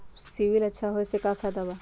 CIBIL अच्छा होऐ से का फायदा बा?